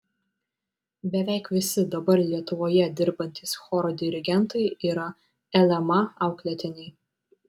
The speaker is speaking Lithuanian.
beveik visi dabar lietuvoje dirbantys choro dirigentai yra lma auklėtiniai